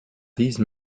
these